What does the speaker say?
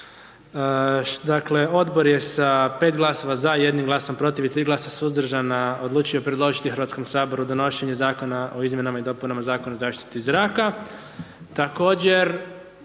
razloga. Odbor je sa 5 glasova za, 1 glasom protiv i 3 glasa suzdržana odlučio predložiti Hrvatskom saboru, donošenje zakona o izmjenama i dopunama Zakon o zaštiti zraka.